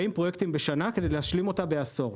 פרויקטים בשנה כדי להשלים אותה בעשור.